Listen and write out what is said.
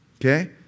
okay